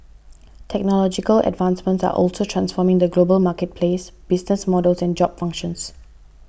technological advancements are also transforming the global marketplace business models and job functions